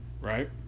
right